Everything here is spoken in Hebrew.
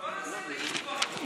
בוא נעשה את זה, אם כבר אנחנו,